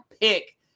pick